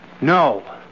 No